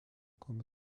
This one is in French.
comme